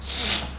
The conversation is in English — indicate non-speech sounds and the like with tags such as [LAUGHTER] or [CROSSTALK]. [NOISE]